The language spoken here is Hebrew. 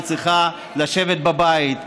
היא צריכה לשבת בבית,